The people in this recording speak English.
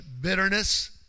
bitterness